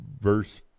verse